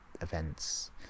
events